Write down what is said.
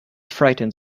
frightened